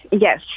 Yes